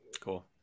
Cool